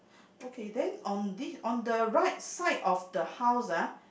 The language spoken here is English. okay then on this on the right side of the house ah